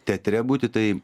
teatre būti tai